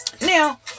now